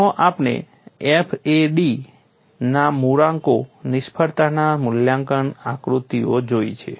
તેમાં આપણે FAD ના મૂળાંકો નિષ્ફળતાના મૂલ્યાંકન આકૃતિઓ જોઈ છે